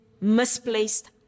misplaced